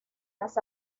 las